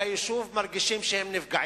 מרגישים שהם נפגעים.